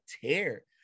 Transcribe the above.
tear